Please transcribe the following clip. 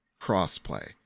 crossplay